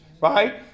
right